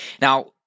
Now